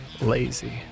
lazy